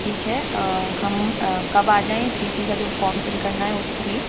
ठीक है हम कब आ जाएँ टी सी का जो फॉर्म फिल करना हैं उसके लिए